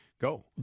go